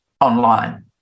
online